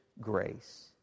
grace